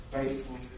Faithful